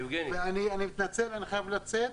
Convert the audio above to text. אני חייב לצאת,